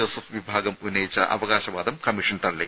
Joseph വിഭാഗം ഉന്നയിച്ച അവകാശ വാദം കമ്മീഷൻ തള്ളി